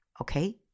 okay